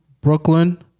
Brooklyn